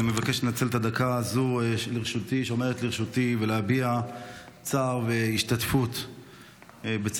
אני מבקש לנצל את הדקה הזו שעומדת לרשותי ולהביע צער והשתתפות בצער